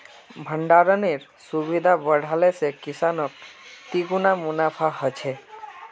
भण्डरानेर सुविधा बढ़ाले से किसानक तिगुना मुनाफा ह छे